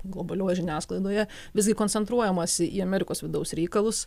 globalioj žiniasklaidoje visgi koncentruojamasi į amerikos vidaus reikalus